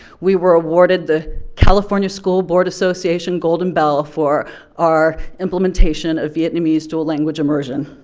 we were awarded the california school board association golden bell for our implementation of vietnamese dual language immersion.